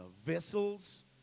Vessels